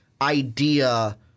idea